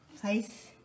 place